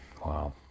wow